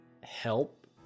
help